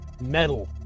metal